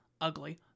ugly